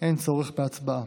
אין צורך בהצבעה.